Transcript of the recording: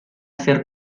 ser